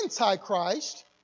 Antichrist